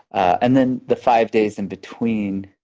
and then the five days in between,